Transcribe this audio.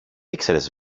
ήξερες